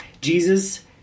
Jesus